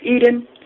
Eden